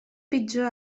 pitjor